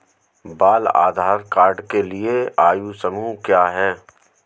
बाल आधार कार्ड के लिए आयु समूह क्या है?